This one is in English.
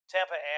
Tampa